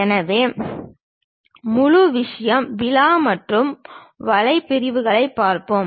எனவே முதல் விஷயம் விலா மற்றும் வலை பிரிவுகளைப் பார்ப்போம்